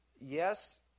Yes